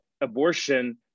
abortion